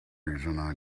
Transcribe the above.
reason